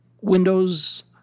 Windows